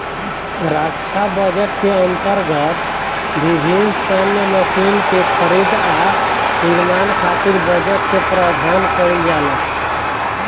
रक्षा budget के अंतर्गत विभिन्न सैन्य मशीन के खरीद आ निर्माण खातिर बजट के प्रावधान काईल जाला